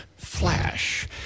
flash